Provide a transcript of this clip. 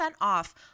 off